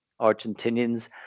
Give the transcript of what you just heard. argentinians